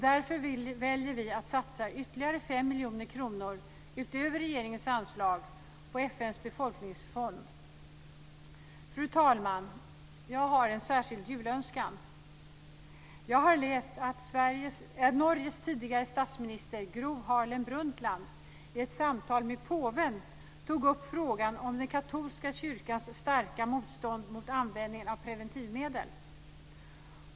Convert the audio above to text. Därför väljer vi att satsa ytterligare 5 miljoner kronor utöver regeringens anslag på FN:s befolkningsfond. Fru talman! Jag har en särskild julönskan. Jag har läst att Norges tidigare statsminister Gro Harlem Brundtland i ett samtal med påven tog upp frågan om den katolska kyrkans starka motstånd mot användning av preventivmedel.